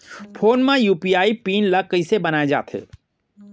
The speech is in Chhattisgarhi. फोन म यू.पी.आई पिन ल कइसे बनाये जाथे?